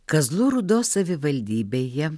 kazlų rūdos savivaldybėje